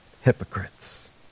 hypocrites